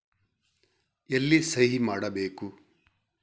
ಎಲ್ಲಿ ಸಹಿ ಮಾಡಬೇಕು?